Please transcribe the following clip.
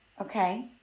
Okay